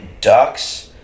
Ducks